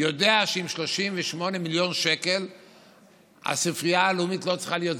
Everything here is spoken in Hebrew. יודע שעם 38 מיליון שקל הספרייה הלאומית לא צריכה להיות סגורה.